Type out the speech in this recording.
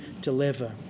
deliver